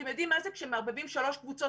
אתם יודעים מה זה כשמערבבים שלוש קבוצות